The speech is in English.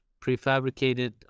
prefabricated